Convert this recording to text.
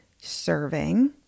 serving